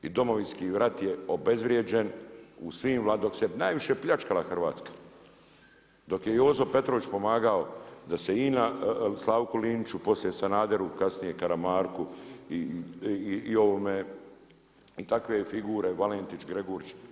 I Domovinski rat je obezvrijeđen dok se najviše pljačkala Hrvatska, dok je Jozo Petrović pomagao da se INA Slavku Liniću, poslije Sanaderu, kasnije Karamarku i takve figure Valentić, Gregurić.